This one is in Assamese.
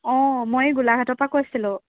অঁ মই এই গোলাঘাটৰপৰা কৈছিলোঁ